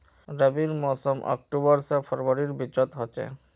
रविर मोसम अक्टूबर से फरवरीर बिचोत होचे